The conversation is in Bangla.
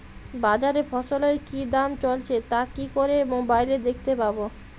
বাজারে ফসলের কি দাম চলছে তা কি করে মোবাইলে দেখতে পাবো?